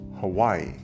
Hawaii